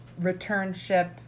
returnship